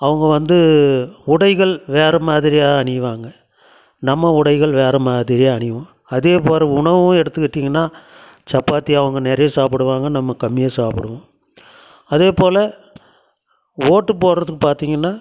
அவங்க வந்து உடைகள் வேற மாதிரியா அணிவாங்கள் நம்ம உடைகள் வேற மாதிரி அணிவோம் அதே பாரு உணவும் எடுத்துக்கிட்டிங்கன்னால் சப்பாத்தி அவங்க நிறையா சாப்பிடுவாங்க நம்ம கம்மியா சாப்பிடுவோம் அதே போல ஓட்டு போடுகிறதுக்கு பார்த்திங்கன்னா